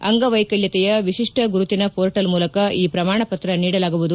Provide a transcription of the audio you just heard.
ಅಂಗವೈಕಲ್ಯತೆಯ ವಿಶಿಷ್ಟ ಗುರುತಿನ ಪೋರ್ಟಲ್ ಮೂಲಕ ಈ ಪ್ರಮಾಣ ಪತ್ರ ನೀಡಲಾಗುವುದು